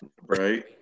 Right